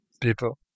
people